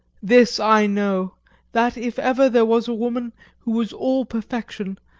this i know that if ever there was a woman who was all perfection,